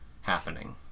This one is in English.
happening